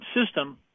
system